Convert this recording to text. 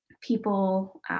people